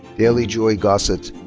daely joy gossett.